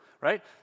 right